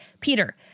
Peter